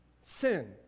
sin